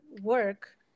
work